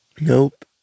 Nope